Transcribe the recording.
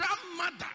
grandmother